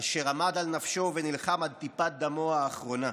אשר עמד על נפשו ונלחם עד טיפת דמו האחרונה.